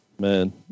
Man